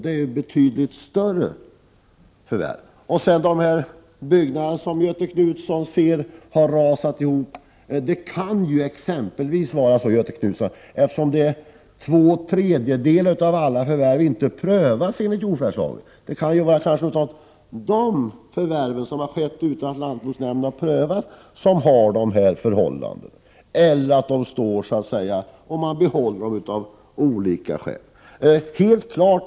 Det är ju då fråga om betydligt större förvärv. Göthe Knutson talar också om byggnader som har rasat ihop. Eftersom två tredjedelar av alla förvärv inte prövas enligt jordförvärvslagen, kan det ju vara så att de här förhållandena råder när det gäller något av de förvärv som har skett utan att lantbruksnämnden har prövat. Det kan också hända att byggnaderna så att säga får stå — att man behåller dem av olika skäl.